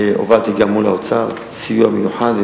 הובלתי גם מול האוצר סיוע מיוחד.